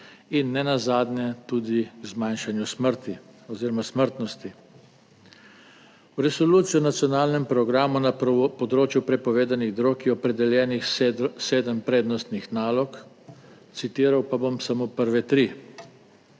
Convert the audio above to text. in nenazadnje tudi k zmanjšanju smrti oziroma smrtnosti. V resoluciji o nacionalnem programu na področju prepovedanih drog je opredeljenih sedem prednostnih nalog, citiral pa bom samo prve tri.